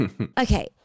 Okay